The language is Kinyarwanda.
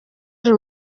uri